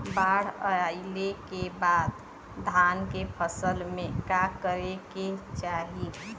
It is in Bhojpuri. बाढ़ आइले के बाद धान के फसल में का करे के चाही?